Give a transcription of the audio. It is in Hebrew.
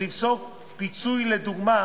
אי-אפשר שלא,